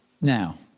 Now